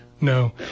No